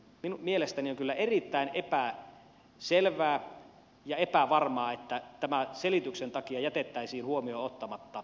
silloin mielestäni on kyllä erittäin epäselvää ja epävarmaa että tämä selityksen takia jätettäisiin huomioon ottamatta